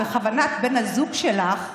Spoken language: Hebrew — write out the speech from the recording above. אני לא יודע מדוע לקחו לכרמן אלמקייס,